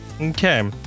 Okay